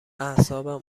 اعصابم